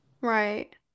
Right